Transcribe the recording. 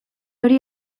hori